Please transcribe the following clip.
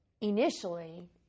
initially